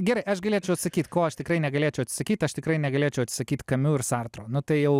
gerai aš galėčiau atsakyt ko aš tikrai negalėčiau atsisakyti aš tikrai negalėčiau atsisakyti kamiu ir sartro nu tai jau